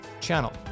channel